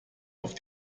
auf